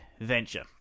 venture